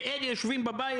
ואלה יושבים בבית.